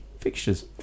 fixtures